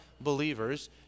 believers